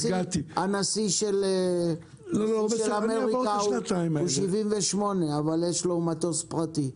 הנשיא של אמריקה הוא בן 78, אבל יש לו מטוס פרטי.